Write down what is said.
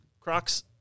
Crocs